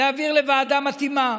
להעביר לוועדה מתאימה.